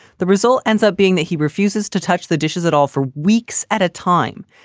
the result ends up being that he refuses to touch the dishes at all for weeks at a time,